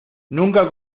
nunca